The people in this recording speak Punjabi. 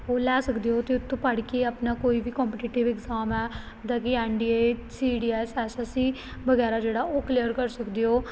ਉਹ ਲੈ ਸਕਦੇ ਹੋ ਅਤੇ ਉੱਥੋਂ ਪੜ੍ਹ ਆਪਣਾ ਕੋਈ ਵੀ ਕੋਮਪੀਟੀਟਿਵ ਐਗਜਾਮ ਹੈ ਜਿੱਦਾਂ ਕਿ N D A C D S S S C ਵਗੈਰਾ ਜਿਹੜਾ ਉਹ ਕਲੀਅਰ ਕਰ ਸਕਦੇ ਹੋ